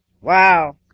Wow